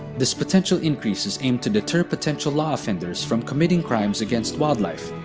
this potential increase is aimed to deter potential law offenders from committing crimes against wildlife,